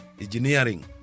Engineering